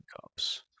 cups